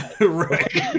Right